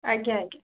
ଆଜ୍ଞା ଆଜ୍ଞା